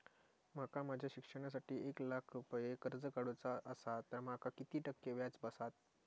माका माझ्या शिक्षणासाठी एक लाख रुपये कर्ज काढू चा असा तर माका किती टक्के व्याज बसात?